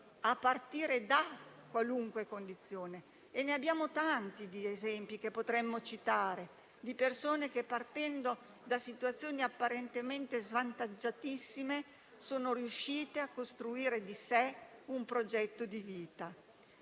a partire da qualunque condizione. Ne abbiamo tanti di esempi che potremmo citare, di persone che, partendo da situazioni apparentemente svantaggiatissime, sono riuscite a costruire di sé un progetto di vita.